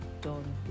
done